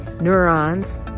neurons